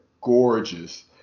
gorgeous